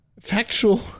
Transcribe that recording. Factual